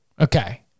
Okay